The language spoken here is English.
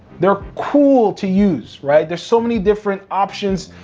they're cool to use, right? there's so many different options,